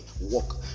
walk